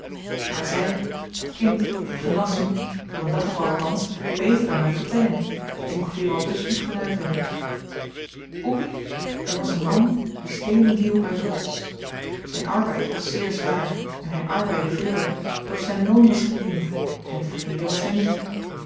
maar zy dat kind genas me voor een dag of wat althans beter dan myn vertelling die ongeveer aldus moet geluid hebben oepi er was een man die steenen hieuw uit de rots zyn arbeid was zeer zwaar en hy arbeidde veel doch zyn loon was gering en tevreden was hy niet